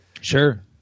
Sure